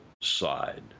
side